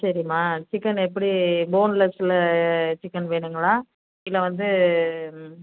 சரிமா சிக்கன் எப்படி போன்லெஸ்ல சிக்கன் வேணுங்களா இல்லை வந்து